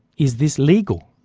is this legal?